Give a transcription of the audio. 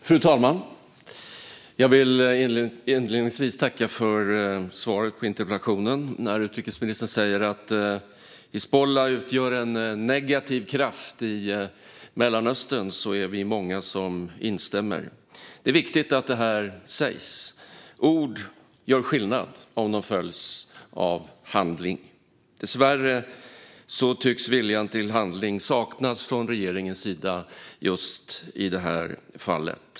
Fru talman! Jag vill inledningsvis tacka för svaret på interpellationen. När utrikesministern säger att Hizbullah utgör en negativ kraft i Mellanöstern är vi många som instämmer. Det är viktigt att detta sägs. Ord gör skillnad om de följs av handling. Dessvärre tycks viljan till handling saknas från regeringens sida just i det här fallet.